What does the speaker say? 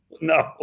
no